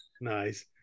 Nice